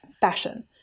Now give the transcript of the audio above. fashion